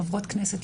חברות כנסת,